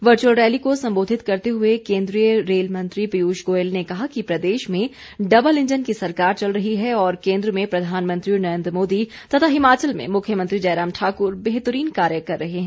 virtual rally को संबोधित करते हुए केन्द्रीय रेल मंत्री पीयूष गोयल ने कहा कि प्रदेश में डबल इंजन की सरकार चल रही है और केन्द्र में प्रधानमंत्री नरेन्द्र मोदी तथा हिमाचल में मुख्यमंत्री जयराम ठाकुर बेहतरीन कार्य कर रहे हैं